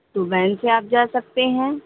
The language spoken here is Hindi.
तो भैन से आप जा सकते हैं